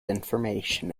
information